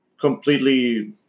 Completely